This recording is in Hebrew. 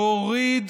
להוריד